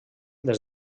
des